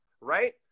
right